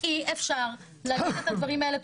כל הדברים הללו לא מאפשרים לנו לקבל החלטות.